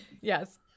yes